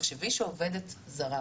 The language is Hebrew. תחשבי שעובדת זרה,